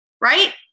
Right